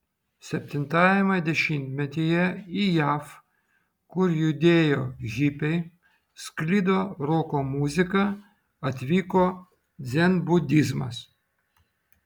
septintajame dešimtmetyje į jav kur judėjo hipiai sklido roko muzika atvyko dzenbudizmas